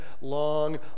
long